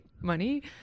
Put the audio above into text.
money